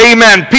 Amen